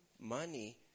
money